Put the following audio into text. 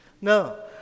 No